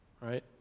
Right